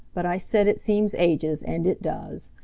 but i said it seems ages, and it does.